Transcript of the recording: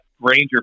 Ranger